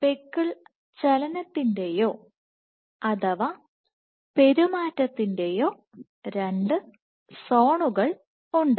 speckle ചലനത്തിന്റേയോ അഥവാ പെരുമാറ്റത്തിന്റേയോ രണ്ട് സോണുകൾ ഉണ്ട്